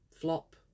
Flop